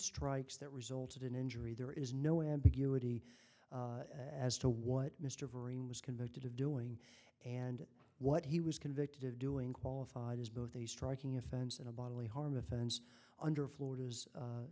strikes that resulted in injury there is no ambiguity as to what mr varun was convicted of doing and what he was convicted of doing qualified as both a striking offense and a bodily harm offense under florida's